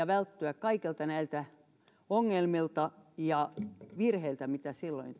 välttyä kaikilta niiltä ongelmilta ja virheiltä mitä silloin